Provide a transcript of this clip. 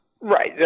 Right